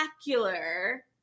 spectacular